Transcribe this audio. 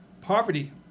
poverty